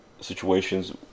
situations